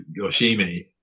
yoshimi